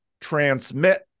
transmit